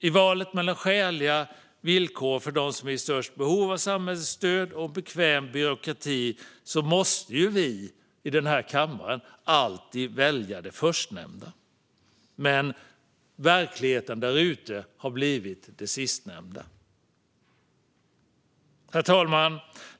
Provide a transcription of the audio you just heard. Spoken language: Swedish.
I valet mellan skäliga villkor för dem som är i störst behov av samhällets stöd och en bekväm byråkrati måste vi i kammaren alltid välja det förstnämnda. Men verkligheten där ute har blivit det sistnämnda. Herr talman!